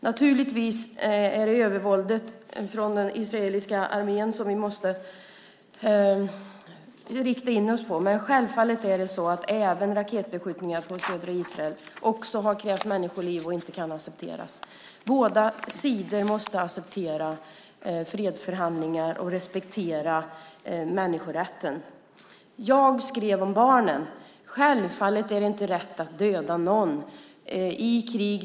Naturligtvis är det övervåldet från den israeliska armén som vi måste rikta in oss på, men självfallet är det så att även raketbeskjutningar från södra Israel har krävt människoliv och inte kan accepteras. Båda sidor måste acceptera fredsförhandlingar och respektera människorätten. Jag skrev om barnen. Självfallet är det inte rätt att döda någon.